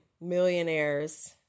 millionaires